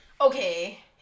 Okay